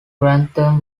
grantham